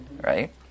Right